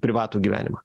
privatų gyvenimą